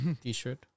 t-shirt